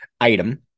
item